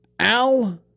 Al